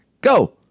go